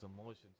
emotions